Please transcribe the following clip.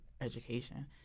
education